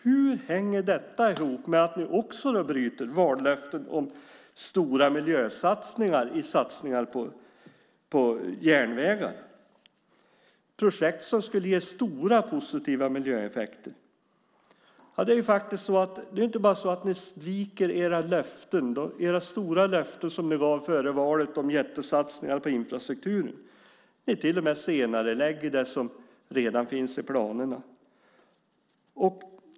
Hur hänger detta ihop med att ni också bryter vallöften om stora miljösatsningar, satsningar på järnvägar, projekt som skulle ge stora positiva miljöeffekter. Det är inte bara så att ni sviker era löften, era stora löften som ni gav före valet om jättesatsningar på infrastrukturen. Ni senarelägger till och med det som redan finns i planerna.